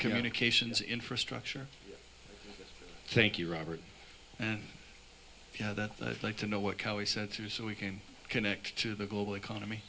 communications infrastructure thank you robert and yeah that like to know what he said to so we came connect to the global economy